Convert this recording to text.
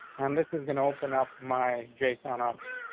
and this is going to open up my jason object.